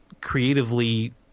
creatively